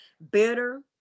better